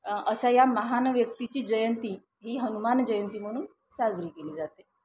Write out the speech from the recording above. अशा या महान व्यक्तीची जयंती ही हनुमान जयंती म्हणून साजरी केली जाते